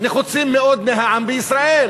נחוצים מאוד מהעם בישראל,